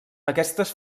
aquestes